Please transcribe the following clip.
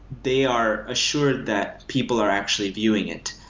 they are assured that people are actually viewing it.